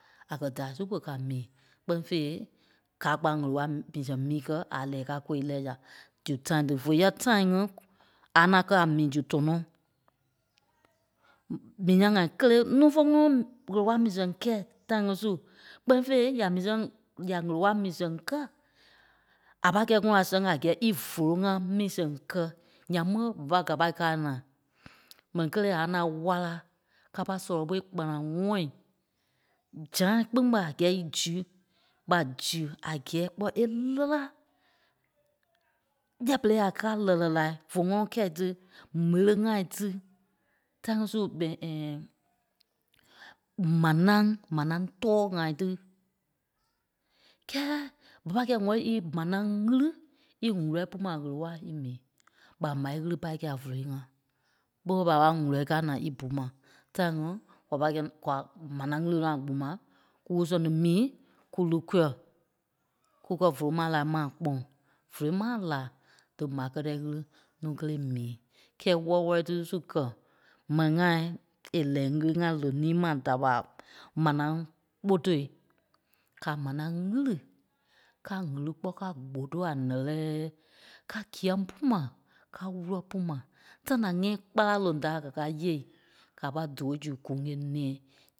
a kɛ́ daai su ɓé ka mii kpɛ́ni fêi káa kpaai ɣele-waa mii sɛŋ mii kɛ̀ a lɛɛ káa kôi lɛɛ ya dí time tí vé yɛ̂ time ŋí a ŋaŋ kɛ́ a mii zu tɔnɔɔ. Mii sɛŋ ŋai kélee nuu fó ŋɔnɔ ɣele-waa kɛ̂i time ŋi su kpɛ́ni fêi ya mii sɛŋ ya ɣele-waa mii sɛŋ kɛ̀ a pâi kɛ́ ŋɔnɔ a sɛŋ a gɛɛ í vóloi-ŋa mii sɛŋ kɛ̀ nyaŋ mi ɓé ɓa pai kapa káa naa. Mɛni kelee a ŋaŋ wálaa kapa sɔlɔ ɓô kpanaŋɔɔi. Zaâi kpîŋ ɓa a gɛɛ í zi, ɓa zí a gɛɛ kpɔ́ e lɛ́lɛɛ yɛɛ berei a kaa lɛ́lɛ laa fo ŋɔnɔ kɛ́i ti m̀éli-ŋai tí, tãi ŋí su manai, manai tɔ̂ɔ-ŋai tí kɛ́ɛ ɓa pâi kɛ́i ŋwɛ̂li í manai ɣili íwulɛ pú mai a ɣele-waa ímii ɓa mâi ɣili pai kɛ̀i a vóloi-ŋa. ɓé ɓe ɓa pâi wúlɛ káa naa í bu mai tai ŋí kwa pai kɛ́- kwa manai ɣili nɔ́ a gbuma kúku sɛŋ tí mii kú li kuɛ, kúkɛ vóloi maa láa ma kpɔ̀ŋ. Vòloi maa a láa dí mâi kɛ́tɛ ɣili núu kélee è mii kɛɛ wɔ́lɔ-wɔlɔ tí su kɛ̀ mɛni-ŋai é lɛɛ ŋîli-ŋa lonii-ma da ɓa manai gbotôi ká manai ɣili, ká ɣili kpɔ́ ká gbotoo a nɛ́lɛɛ kaa kîyɛŋ pú ma kaa wúlɔ pú ma. Tãi ta nyɛ̃ɛ kpala loŋ da a káa ka yeêi ká pai doo su gúŋ é nɛ̃ɛ